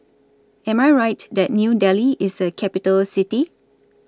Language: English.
Am I Right that New Delhi IS A Capital City